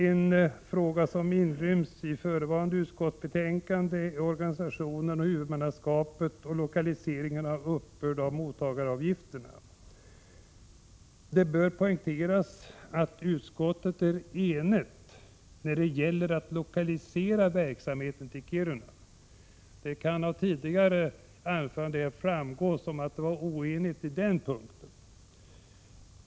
En fråga som inryms i förevarande utskottsbetänkande är organisation och huvudmannaskap samt lokalisering beträffande uppbörd av mottagaravgifter. Det bör poängteras att utskottet är enigt när det gäller att lokalisera verksamheten till Kiruna. Det kan av tidigare anföranden framstå såsom utskottet var oenigt på den punkten.